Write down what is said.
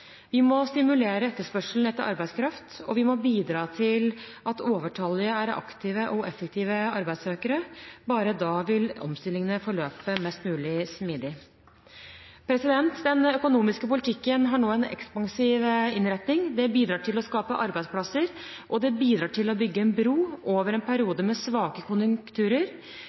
vi må stimulere etterspørselen etter arbeidskraft, og vi må bidra til at overtallige er aktive og effektive arbeidssøkere. Bare da vil omstillingene forløpe mest mulig smidig. Den økonomiske politikken har nå en ekspansiv innretning. Det bidrar til å skape arbeidsplasser, og det bidrar til å bygge bro over en periode med svake konjunkturer.